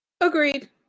Agreed